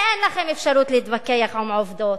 ואין לכם אפשרות להתווכח עם העובדות